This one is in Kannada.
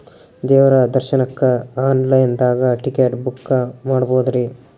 ದೇವ್ರ ದರ್ಶನಕ್ಕ ಆನ್ ಲೈನ್ ದಾಗ ಟಿಕೆಟ ಬುಕ್ಕ ಮಾಡ್ಬೊದ್ರಿ?